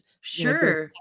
sure